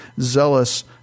zealous